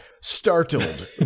startled